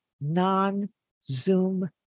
non-Zoom